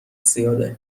زیاده